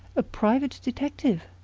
a private detective?